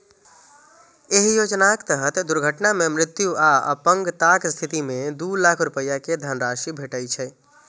एहि योजनाक तहत दुर्घटना मे मृत्यु आ अपंगताक स्थिति मे दू लाख रुपैया के धनराशि भेटै छै